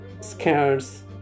scarce